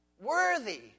...worthy